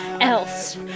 else